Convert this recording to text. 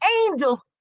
angels